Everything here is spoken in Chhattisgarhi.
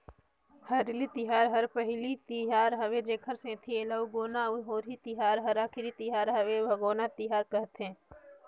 हरेली तिहार हर पहिली तिहार हवे तेखर सेंथी एला उगोना अउ होरी तिहार हर आखरी तिहर हवे त भागोना तिहार कहथें